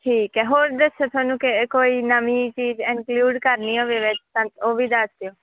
ਠੀਕ ਹੈ ਹੋਰ ਦੱਸੋ ਤੁਹਾਨੂੰ ਕ ਕੋਈ ਨਵੀਂ ਚੀਜ਼ ਇੰਨਕਲੂਡ ਕਰਨੀ ਹੋਵੇ ਵਿੱਚ ਤਾਂ ਉਹ ਵੀ ਦੱਸ ਦਿਓ